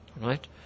right